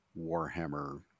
Warhammer